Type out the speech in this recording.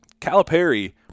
Calipari